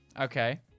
Okay